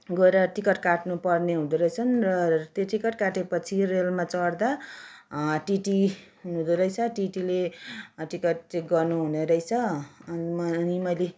गएर टिकट काट्नु पर्ने हुँदो रहेछन् र त्यो टिकट काटे पछि रेलमा चढ्दा टिटी हुँदोरहेछ टिटीले टिकट चेक गर्नु हुनेरहेछ अनि मै अनि मैले